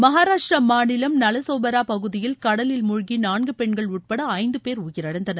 மகாராஷ்டிரா மாநிலம் நலசோபரா பகுதியில் கடலில் முழ்கி நான்கு பெண்கள் உட்பட ஐந்து பேர் உயிரிழந்தனர்